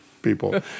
people